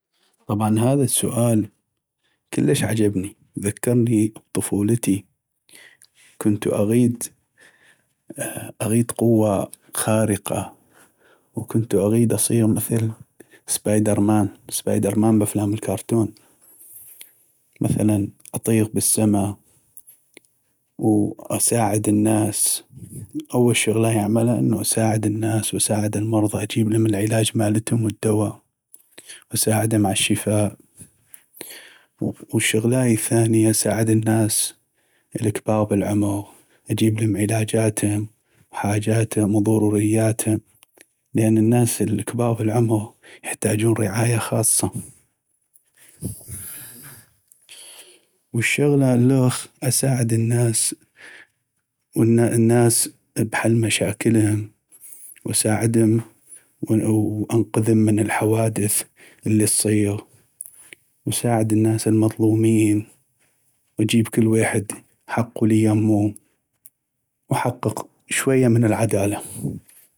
طبعا هذا السؤال كلش عجبني وذكرني بطفولتي كنتو اغيد ا ا قوة خارقة وكنتو اغيد اصيغ مثل سبايدر مان ، سبايدر مان بأفلام الكارتون مثلا اطيغ بالسما واساعد الناس ، اول شغلاي اعملا انو اساعد الناس واساعد المرضى اجيبلم العلاج والدوا واساعدم عالشفاء، و الشغلاي الثانية اساعد الناس الكباغ بالعمغ اجيبلم علاجاتم وحاجاتم وضرورياتم لان الناس الكباغ بالعمغ يحتاجون رعاية خاصة، والشغلة اللخ اساعد الناس والناس بحل مشاكلم واساعدم و و انقذم من الحوادث اللي تصيغ ، واساعد الناس المظلومين واجيب كل ويحد حقو لي يمو و احقق شوية من العدالة.